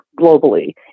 globally